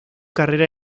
carrera